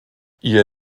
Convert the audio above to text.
ihr